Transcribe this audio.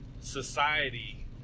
Society